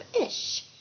ish